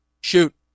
Shoot